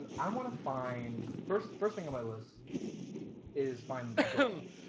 i want to find first first thing on my list is find girl